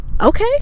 Okay